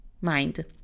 mind